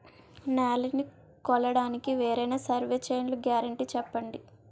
నేలనీ కొలవడానికి వేరైన సర్వే చైన్లు గ్యారంటీ చెప్పండి?